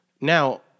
Now